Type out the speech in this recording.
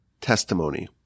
testimony